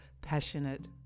passionate